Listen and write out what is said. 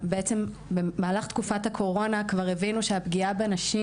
שבמהלך תקופת הקורונה כבר הבינו שהפגיעה בנשים